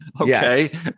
Okay